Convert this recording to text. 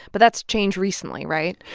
but that's changed recently, right?